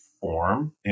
form